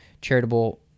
charitable